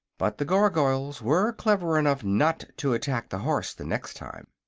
but the gargoyles were clever enough not to attack the horse the next time.